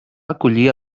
acollir